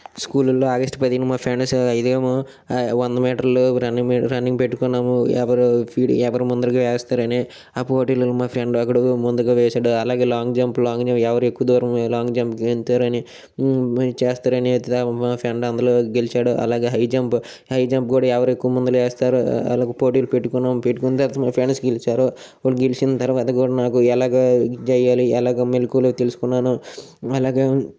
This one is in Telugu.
స్కూల్లల్లో ఆగస్టు పదిహేనుకు మా ఫ్రెండ్స్ ఇదేమో వంద మీటర్లు రన్నింగ్ రన్నింగ్ పెట్టుకున్నాము ఎవరు ఎవరు ముందరగా వేస్తారని ఆ పోటీలో మా ఫ్రెండ్ ఒకడు ముందుగా వేశాడు అలాగే లాంగ్ జంప్ లాంగ్ జంప్ ఎవరు ఎక్కువ దూరం లాంగ్ జంప్ గెంతుతారో అని చేస్తారని మా ఫ్రెండ్ అందులో గెలిచాడు అలాగే హై జంప్ హై జంప్ కూడా ఎవరు ఎక్కువ ముందల వేస్తారో వాళ్లకు పోటీలు పెట్టుకున్నాం పెట్టుకున్న తర్వాత మా ఫ్రెండ్స్ గెలిచారు వాళ్ళు గెలిచిన తర్వాత కూడా నాకు ఎలాగ ఇది చెయ్యాలి ఎలాగ మెలకువలు తెలుసుకున్నాను అలాగే